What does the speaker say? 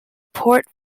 port